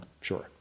sure